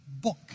book